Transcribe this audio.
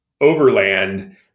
overland